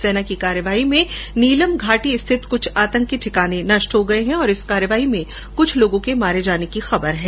सेना की कार्रवाई में नीलम घाटी स्थित कुछ आतंकी ठिकाने नष्ट हो गये और इस कार्रवाई में कुछ लोगों के मारे जाने की भी खबर है